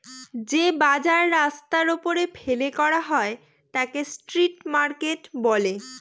যে বাজার রাস্তার ওপরে ফেলে করা হয় তাকে স্ট্রিট মার্কেট বলে